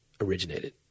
originated